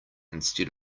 instead